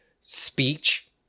speech